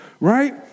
right